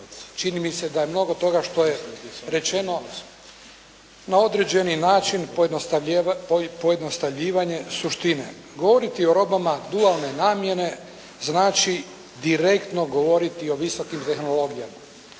Čini mi se da je mnogo toga što je rečeno na određeni način pojednostavljivanje suštine. Govoriti o robama dualne namjene znači direktno govoriti o visokim tehnologijama,